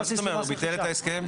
מה זאת אומרת, הוא ביטל את ההסכם?